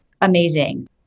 amazing